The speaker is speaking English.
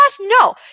no